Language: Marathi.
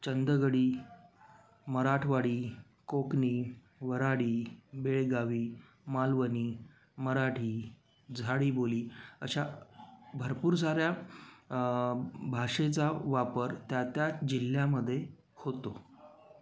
चंदगडी मराठवाडी कोकणी वऱ्हाडी बेळगावी मालवणी मराठी झाडीबोली अशा भरपूर साऱ्या भाषेचा वापर त्या त्या जिल्ह्यामध्ये होतो